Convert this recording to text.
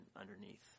underneath